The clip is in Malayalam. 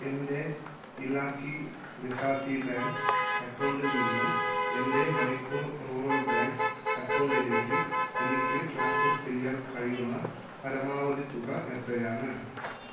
എൻ്റെ ഇലാക്കി ദെഹാതി ബാങ്ക് അക്കൗണ്ടിൽ നിന്ന് എൻ്റെ മണിപ്പൂർ റൂറൽ ബാങ്ക് അക്കൗണ്ടിലേക്ക് എനിക്ക് ട്രാൻസ്ഫർ ചെയ്യാൻ കഴിയുന്ന പരമാവധി തുക എത്രയാണ്